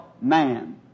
man